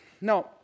Now